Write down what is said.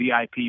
VIP